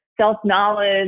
self-knowledge